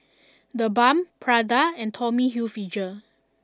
TheBalm Prada and Tommy Hilfiger